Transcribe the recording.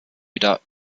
wieder